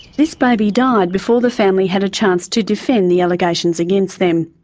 this baby died before the family had a chance to defend the allegations against them.